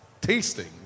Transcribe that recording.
tasting